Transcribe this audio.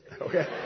okay